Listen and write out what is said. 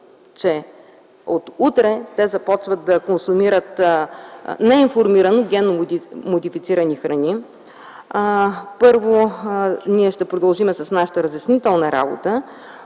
че от утре започват да консумират неинформирано генно-модифицирани храни, ще кажа, че първо ще продължим с нашата разяснителна работа.